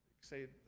say